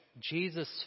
Jesus